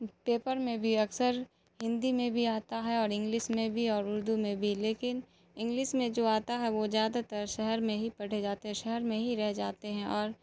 paper میں بھی اکثر ہندی میں بھی آتا ہے اور انگلس میں بھی اور اردو میں بھی لیکن انگلس میں جو آتا ہے وہ زیادہ تر شہر میں ہی پڑھے جاتے ہیں شہر میں ہی رہ جاتے ہیں اور